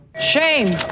Shame